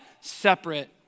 Separate